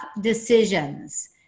Decisions